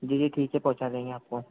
जी जी ठीक है पहुँचा देंगे आपको